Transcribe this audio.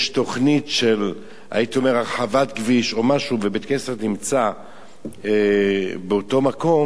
תוכנית של הרחבת כביש או משהו ובית-הכנסת נמצא באותו מקום,